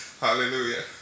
Hallelujah